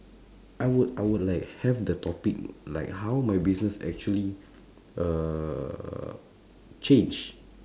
I would I would like have the topic like how my business actually err change